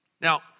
Now